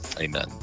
Amen